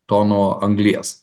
tonų anglies